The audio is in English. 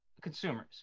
consumers